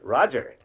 Roger